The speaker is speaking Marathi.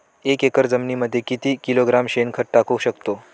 एक एकर जमिनीमध्ये मी किती किलोग्रॅम शेणखत टाकू शकतो?